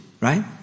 right